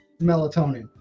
melatonin